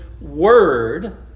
word